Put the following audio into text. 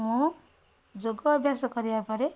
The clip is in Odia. ମୁଁ ଯୋଗ ଅଭ୍ୟାସ କରିବା ପରେ